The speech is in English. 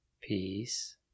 Peace